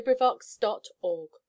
LibriVox.org